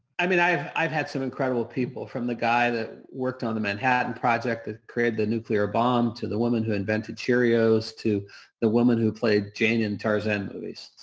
i mean, i've i've had some incredible people from the guy that worked on the manhattan project that created the nuclear bomb to the woman who invented cheerios, to the woman who played jane in tarzan movies.